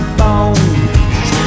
bones